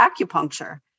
acupuncture